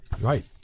right